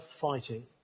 fighting